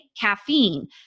caffeine